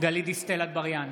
גלית דיסטל אטבריאן,